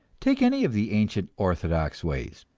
take any of the ancient orthodox ways,